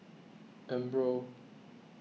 Umbro